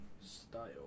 style